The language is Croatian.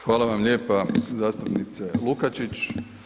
Hvala vam lijepa zastupnice Lukačić.